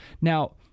Now